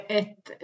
ett